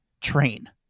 Train